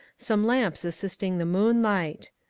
some lamps assisting the moonlight.